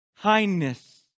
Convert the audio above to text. kindness